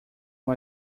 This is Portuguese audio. com